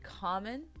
common